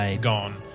gone